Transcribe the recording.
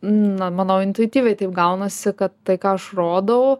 na manau intuityviai taip gaunasi kad tai ką aš rodau